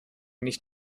nicht